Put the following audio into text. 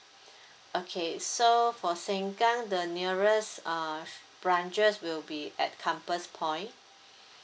okay so for seng kang the nearest uh branches will be at compass point